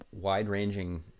wide-ranging